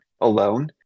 alone